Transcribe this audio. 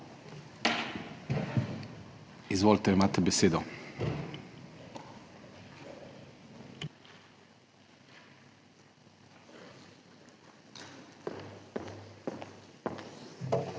Izvolite, imate besedo.